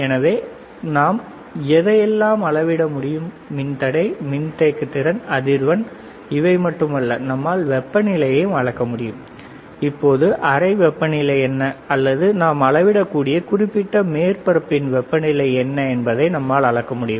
எனவே நாம் எதை எல்லாம் அளவிட முடியும் மின்தடை மின்தேக்கு திறன் அதிர்வெண் இவை மட்டுமல்ல நம்மால் வெப்பநிலையையும் அளக்க முடியும் இப்போது அறை வெப்பநிலை என்ன அல்லது நாம் அளவிடக்கூடிய குறிப்பிட்ட மேற்பரப்பின் வெப்பநிலை என்ன என்பதை நம்மால் அளக்க முடியும்